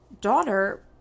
daughter